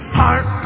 heart